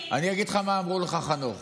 אני אגיד לך מה אמרו לך, חנוך.